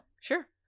Sure